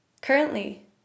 Currently